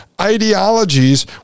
ideologies